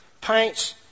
paints